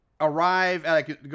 arrive